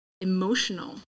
emotional